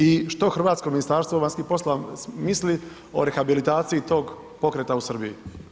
I što hrvatsko Ministarstvo vanjskih poslova misli o rehabilitaciji tog pokreta u Srbiji?